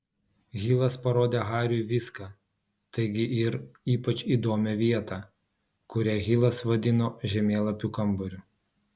hilas parodė hariui viską taigi ir ypač įdomią vietą kurią hilas vadino žemėlapių kambariu